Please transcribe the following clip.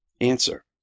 Answer